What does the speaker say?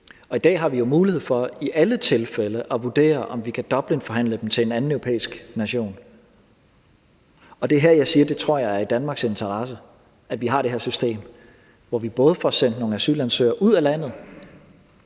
I dag har vi jo mulighed for i alle tilfælde at vurdere, om vi kan Dublinforhandle dem til en anden europæisk nation. Det er her, jeg siger, at det tror jeg er i Danmarks interesse, altså at vi har det her system, hvor vi både får sendt nogle asylansøgere ud af landet,